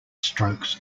strokes